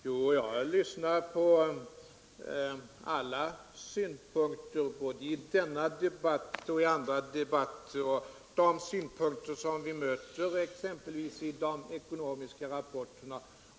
Herr talman! Jag har lyssnat på alla synpunkter, både i denna debatt och i andra debatter som jag åhört, och jag har även tagit del av de synpunkter som vi möter exempelvis i de ekonomiska rapporterna.